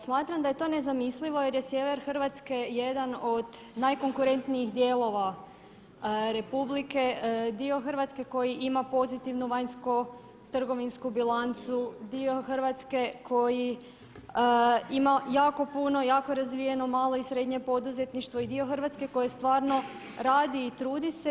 Smatram da je to nezamislivo jer je sjever Hrvatske jedan od najkonkurentnijih dijelova Republike, dio Hrvatske koji ima pozitivnu vanjsko-trgovinsku bilancu, dio Hrvatske koji ima jako puno, jako razvijeno malo i srednje poduzetništvo i dio Hrvatske koji stvarno radi i trudi se.